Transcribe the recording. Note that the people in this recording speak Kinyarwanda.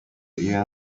iyo